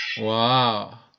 Wow